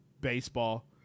baseball